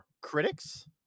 critics